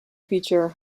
feature